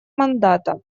мандата